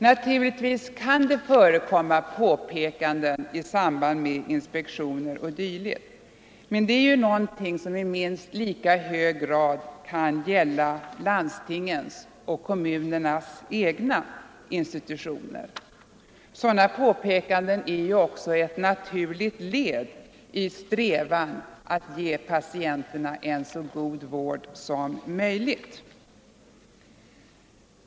Naturligtvis kan det förekomma påpekanden i samband med inspektioner o. d., men det är något som i minst lika hög grad kan gälla landstingens och kommunernas egna institutioner. Sådana påpekanden är ju också ett naturligt led i strävan att ge patienterna en så god vård som möjligt.